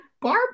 Barb